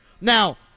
Now